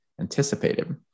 anticipated